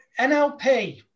NLP